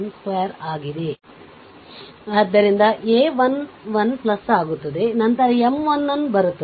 ಸರಿಪಡಿಸಿದೆ ಆದ್ದರಿಂದ a 1 1 ಆಗುತ್ತದೆ ನಂತರ M 1 1 ಬರುತ್ತದೆ